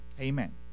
amen